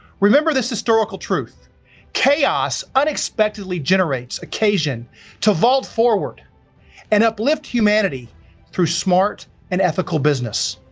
remember this historical truth chaos unexpectedly generates occasion to vault forward and uplift humanity through smart and ethical business.